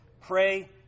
Pray